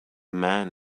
man